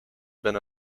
been